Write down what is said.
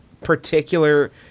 particular